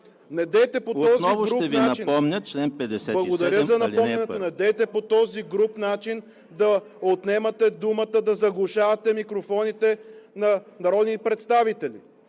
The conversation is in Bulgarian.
Отново ще Ви напомня чл. 57, ал. 1. ФИЛИП ПОПОВ: Благодаря за напомнянето. Недейте по този груб начин да отнемате думата, да заглушавате микрофоните на народни представители.